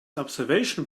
observation